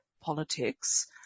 politics